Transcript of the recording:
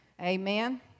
Amen